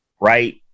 Right